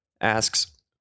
asks